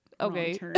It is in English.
Okay